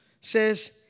says